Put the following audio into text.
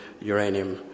uranium